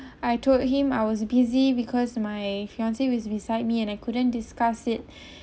I told him I was busy because my fiance was beside me and I couldn't discuss it